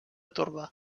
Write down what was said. torba